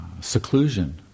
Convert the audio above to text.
Seclusion